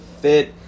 fit